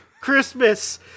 Christmas